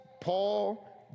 Paul